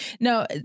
No